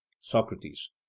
Socrates